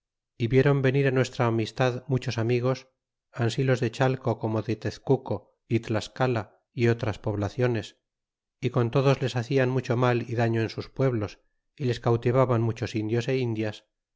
y vieron venir nuestra amistad machos amigos ansi tos de chateo como de tezcuco ótlasrala é otras poblationes y con todos les hacian mucho mal y daño en sus pueblos y les cautivaban muchos indios indias